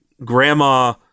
Grandma